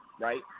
right